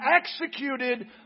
executed